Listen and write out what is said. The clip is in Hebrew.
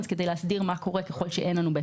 וכדי להסדיר מה קורה ככל שאין לנו בית